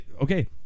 okay